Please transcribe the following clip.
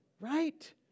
Right